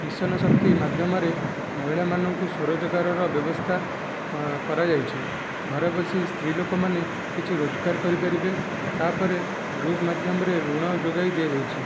mission Shakti ମାଧ୍ୟମରେ ମହିଳାମାନଙ୍କୁ ସୁରୋଜଗାରର ବ୍ୟବସ୍ଥା କରାଯାଉଛି ଘରେ ବସି ସ୍ତ୍ରୀଲୋକମାନେ କିଛି ରୋଜଗାର କରି ପାରିବେ ତା' ପରେ ଗ୍ରୁପ୍ ମାଧ୍ୟମରେ ଋଣ ଯୋଗାଇ ଦିଆଯାଇଛି